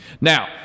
Now